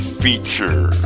feature